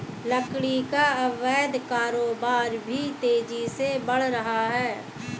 लकड़ी का अवैध कारोबार भी तेजी से बढ़ रहा है